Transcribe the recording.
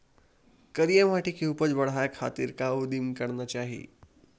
करिया माटी के उपज बढ़ाये खातिर का उदिम करना चाही?